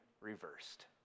reversed